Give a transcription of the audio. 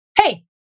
hey